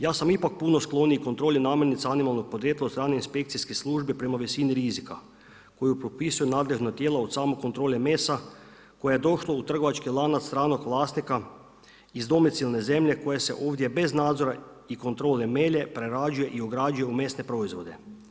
Ja sam ipak puno skloniji kontroli namirnica animalnog podrijetla od strane inspekcijske službe prema visini rizika koju propisuju nadležna tijela od samokontrole mesa koja je došla u trgovački lanac stranog vlasnika iz domicilne zemlje koje se ovdje bez nadzora i kontrole melje, prerađuje i ugrađuje u mesne proizvode.